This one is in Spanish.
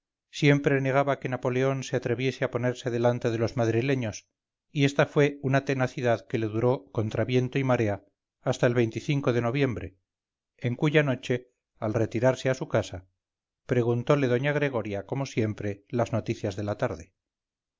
siempre negaba que napoleón se atreviese a ponerse delante de los madrileños y esta fue una tenacidad que le duró contra viento y marea hasta el de noviembre en cuya noche al retirarse a su casa preguntole doña gregoria como siempre las noticias de la tarde